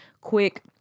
quick